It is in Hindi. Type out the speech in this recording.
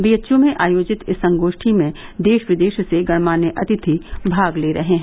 बीएचयू में आयोजित इस संगोष्ठी में देश विदेश से गणमान्य अतिथि भाग ले रहे हैं